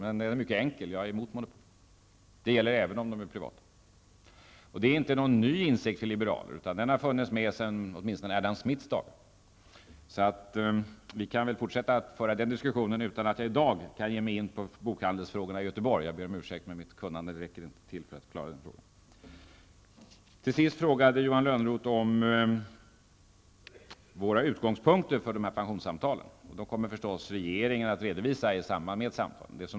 Men den är mycket enkel. Jag är emot monopol. Det gäller även om de är privata. Det är inte någon ny insikt för liberaler, utan den har funnits åtminstone sedan Erland Smiths dagar. Vi kan därför fortsätta att föra den diskussionen utan att jag i dag kan ge mig in på bokhandelsfrågorna i Göteborg. Jag ber om ursäkt, men mitt kunnande räcker inte till för att klara den frågan. Till sist frågade Johan Lönnroth om våra utgångspunkter för pensionssamtalen. Regeringen kommer naturligtvis att redovisa dem i samband med samtalen.